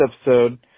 episode